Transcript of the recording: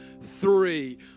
three